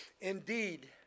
Indeed